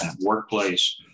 workplace